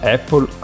Apple